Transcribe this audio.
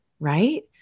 Right